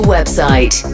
website